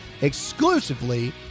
exclusively